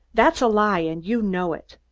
that's a lie, and you know it.